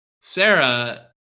Sarah